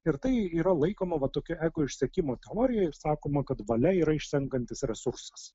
ir tai yra laikoma va tokia ego išsekimo teorija ir sakoma kad valia yra išsenkantis resursas